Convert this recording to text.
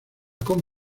con